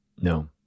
No